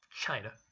China